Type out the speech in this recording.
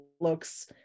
looks